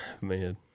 man